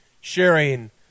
sharing